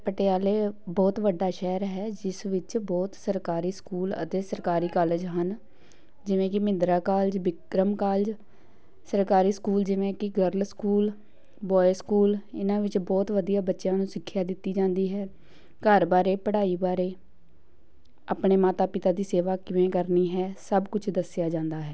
ਪਟਿਆਲਾ ਬਹੁਤ ਵੱਡਾ ਸ਼ਹਿਰ ਹੈ ਜਿਸ ਵਿੱਚ ਬਹੁਤ ਸਰਕਾਰੀ ਸਕੂਲ ਅਤੇ ਸਰਕਾਰੀ ਕਾਲਜ ਹਨ ਜਿਵੇਂ ਕਿ ਮਹਿੰਦਰਾ ਕਾਲਜ ਬਿਕਰਮ ਕਾਲਜ ਸਰਕਾਰੀ ਸਕੂਲ ਜਿਵੇਂ ਕਿ ਗਰਲ ਸਕੂਲ ਬੋਆਏ ਸਕੂਲ ਇਹਨਾਂ ਵਿੱਚ ਬਹੁਤ ਵਧੀਆ ਬੱਚਿਆਂ ਨੂੰ ਸਿੱਖਿਆ ਦਿੱਤੀ ਜਾਂਦੀ ਹੈ ਘਰ ਬਾਰੇ ਪੜ੍ਹਾਈ ਬਾਰੇ ਆਪਣੇ ਮਾਤਾ ਪਿਤਾ ਦੀ ਸੇਵਾ ਕਿਵੇਂ ਕਰਨੀ ਹੈ ਸਭ ਕੁਛ ਦੱਸਿਆ ਜਾਂਦਾ ਹੈ